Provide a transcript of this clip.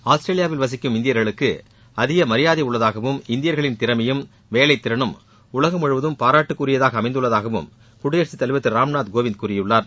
ஆஸ்திரேலியாவில் வசிக்கும் இந்தியர்களுக்கு அதிக மதியாதை உள்ளதாகவும் இந்தியர்களின் திறமையும் வேலைத்திறனும் உலகம் முழுவதும் பாராட்டுக்குரியதாக அமைந்துள்ளதாகவும் குடியரசுத்தலைவர் திரு ராம்நாத் கோவிந்த் கூறியுள்ளார்